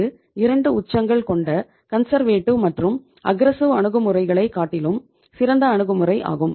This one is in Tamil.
இது இரண்டு உச்சங்கள் கொண்ட கன்சர்வேட்டிவ் அணுகுமுறைகளை காட்டிலும் சிறந்த அணுகுமுறை ஆகும்